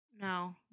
No